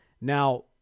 Now